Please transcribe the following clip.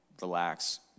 relax